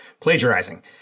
plagiarizing